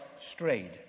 strayed